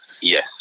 yes